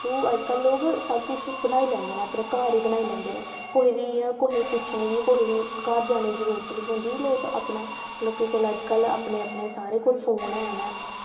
through लोक अज्जकल बनाई लैंदे न अपने घर ई बनाई लैंदे न कुसै गी पुच्छनै गी जां कुसै दे घर जाने दी जरूरत निं ऐ लेकिन अपना अज्जकल सारें दे अपने अपने फोन ऐ ना